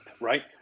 right